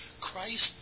Christ